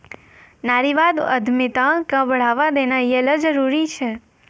नारीवादी उद्यमिता क बढ़ावा देना यै ल जरूरी छै